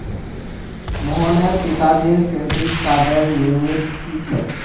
मोहनेर पिताजीर क्रेडिट कार्डर लिमिट की छेक